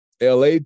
LA